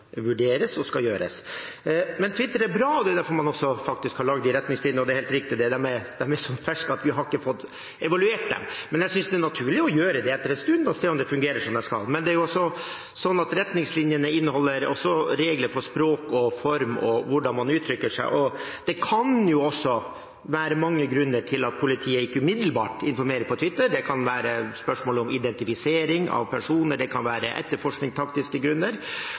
og skal brukes. Men Twitter er bra. Det er derfor man faktisk har laget retningslinjene – og det er helt riktig at de er så ferske at vi ikke har fått evaluert dem. Det er naturlig å gjøre det etter en stund og se om de fungerer som de skal. Men retningslinjene inneholder også regler for språk og form og hvordan man skal uttrykke seg. Det kan jo også være mange grunner til at politiet ikke umiddelbart informerer på Twitter. Det kan være spørsmål om identifisering av personer, det kan være etterforskningstaktiske grunner,